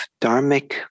dharmic